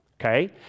okay